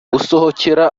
gusohokera